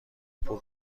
پول